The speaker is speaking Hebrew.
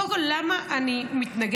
קודם כול, למה אני מתנגדת?